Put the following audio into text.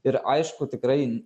ir aišku tikrai